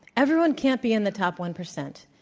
everyone can't be in the top one percent.